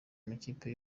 amakipe